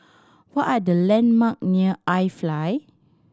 what are the landmark near iFly